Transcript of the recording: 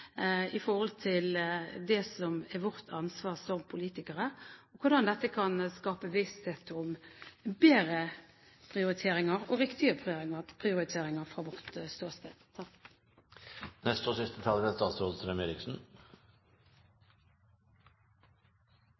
i forhold til det som er vårt ansvar som politikere – hvordan dette kan skape bevissthet om bedre prioriteringer og viktige prioriteringer fra vårt ståsted.